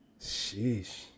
Sheesh